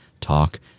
Talk